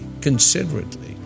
considerately